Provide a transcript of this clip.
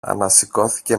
ανασηκώθηκε